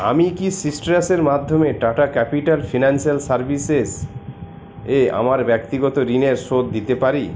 আমি কি সিট্রাসের মাধ্যমে টাটা ক্যাপিটাল ফিনান্সিয়াল সার্ভিসেস এ আমার ব্যক্তিগত ঋণের শোধ দিতে পারি